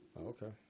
Okay